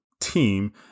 team